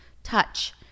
touch